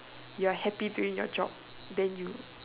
you're happy doing your job then you